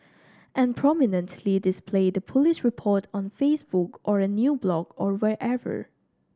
and prominently display the police report on Facebook or a new blog or wherever